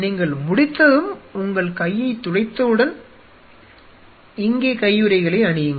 நீங்கள் முடித்ததும் உங்கள் கையைத் துடைத்தவுடன் இங்கே கையுறைகளை அணியுங்கள்